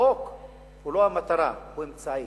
החוק הוא לא המטרה, הוא אמצעי.